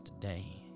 today